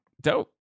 Dope